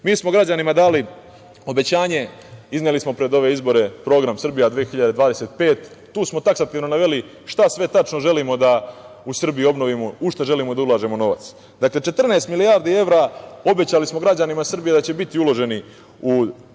smo građanima dali obećanje, izneli smo pred ove izbore „Program Srbija 2025“, tu smo taksativno naveli šta sve tačno želimo da u Srbiji obnovimo, u šta želimo da ulažemo novac. Dakle, 14 milijardi evra obećali smo građanima Srbije da će biti uloženi u